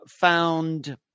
found